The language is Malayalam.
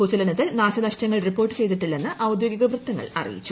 ഭൂചലനത്തിൽ നാശനഷ്ടങ്ങൾ റിപ്പോർട്ട് ചെയ്തിട്ടില്ലെന്ന് ഔദ്യോഗിക വൃത്തങ്ങൾ അറിയിച്ചു